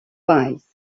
bays